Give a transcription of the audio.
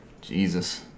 Jesus